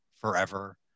forever